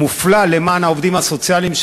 מופלא למען העובדים הסוציאליים,